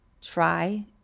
try